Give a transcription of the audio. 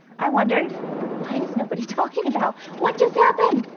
i wondered why is nobody talking about what just happened.